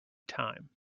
time